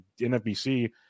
NFBC